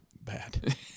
bad